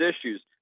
issues